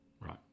Right